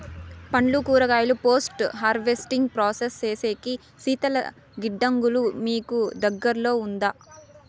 పండ్లు కూరగాయలు post harvesting process సేసేకి శీతల గిడ్డంగులు మీకు దగ్గర్లో ఉందా?